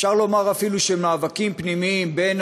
אפשר לומר אפילו של מאבקים פנימיים בין